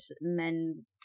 men